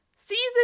Season